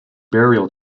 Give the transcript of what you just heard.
burial